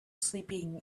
sleeping